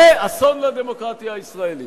זה אסון לדמוקרטיה הישראלית.